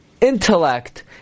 intellect